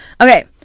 Okay